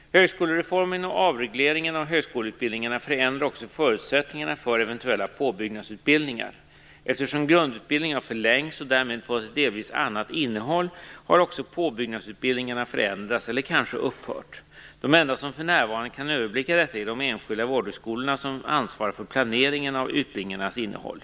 Högskolereformen och avregleringen av högskoleutbildningarna förändrar också förutsättningarna för eventuella påbyggnadsutbildningar. Eftersom grundutbildningen har förlängts och därmed fått ett delvis annat innehåll har också påbyggnadsutbildningarna förändrats eller kanske upphört. De enda som för närvarande kan överblicka detta är de enskilda vårdhögskolorna som ansvarar för planeringen av utbildningarnas innehåll.